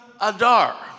Adar